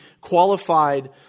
qualified